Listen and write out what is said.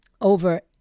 over